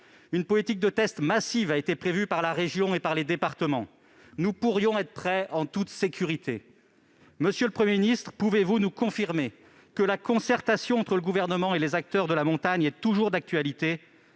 Une politique de tests massive a été prévue par la région et par les départements. Nous pourrions être prêts en toute sécurité. Monsieur le Premier ministre, pouvez-vous nous confirmer que la concertation entre le Gouvernement et les acteurs de la montagne est toujours d'actualité